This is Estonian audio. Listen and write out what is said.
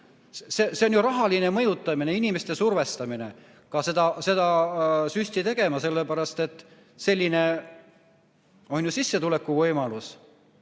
See on ju rahaline mõjutamine ja inimeste survestamine ka seda süsti tegema, sellepärast et selline on ju sissetuleku võimalus.